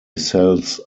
sells